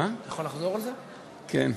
כן,